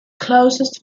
closest